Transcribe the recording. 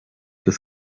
des